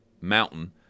mountain